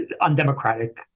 undemocratic